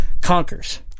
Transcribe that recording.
Conquers